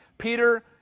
Peter